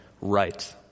right